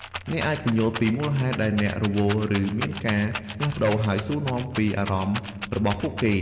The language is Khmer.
អ្នកអាចពន្យល់ពីមូលហេតុដែលអ្នករវល់ ឬមានការផ្លាស់ប្តូរ ហើយសួរនាំពីអារម្មណ៍របស់ពួកគេ។